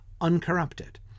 uncorrupted